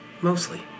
Mostly